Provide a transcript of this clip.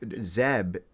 Zeb